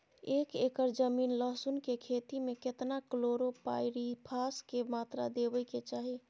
एक एकर जमीन लहसुन के खेती मे केतना कलोरोपाईरिफास के मात्रा देबै के चाही?